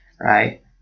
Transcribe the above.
right